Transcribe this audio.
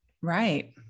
right